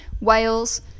Wales